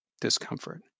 discomfort